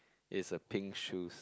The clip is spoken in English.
is a pink shoes